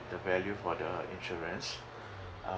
the value for the insurance uh